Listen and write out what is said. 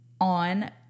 On